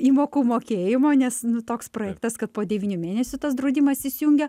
įmokų mokėjimo nes toks projektas kad po devynių mėnesių tas draudimas įsijungia